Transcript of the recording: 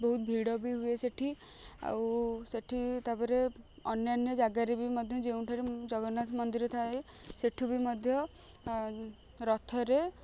ବହୁତ ଭିଡ଼ ବି ହୁଏ ସେଇଠି ଆଉ ସେଇଠି ତାପରେ ଅନ୍ୟାନ୍ୟ ଜାଗାରେ ବି ମଧ୍ୟ ଯେଉଁଠାରେ ଜଗନ୍ନାଥ ମନ୍ଦିର ଥାଏ ସେଇଠୁ ବି ମଧ୍ୟ ରଥରେ